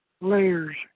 layers